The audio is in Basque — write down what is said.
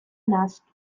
naski